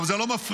אבל זה לא מפריע,